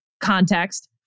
context